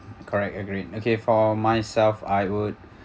correct agreed okay for myself I would